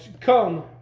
come